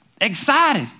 excited